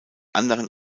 anderen